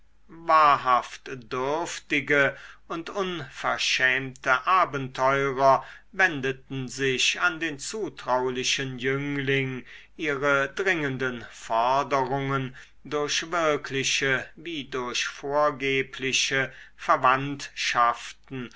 wahrhaft dürftige und unverschämte abenteurer wendeten sich an den zutraulichen jüngling ihre dringenden forderungen durch wirkliche wie durch vorgebliche verwandtschaften